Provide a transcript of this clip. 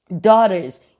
daughters